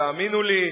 תאמינו לי.